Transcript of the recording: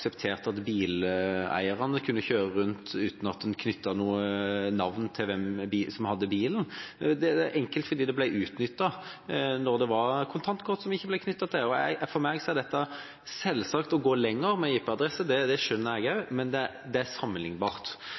hvem som hadde bilen. Det er enkelt, fordi det ble utnyttet da det var kontantkort som ikke ble knyttet til personen. Dette med IP-adresse er selvsagt å gå lenger, det skjønner jeg også, men det er sammenlignbart. Derfor er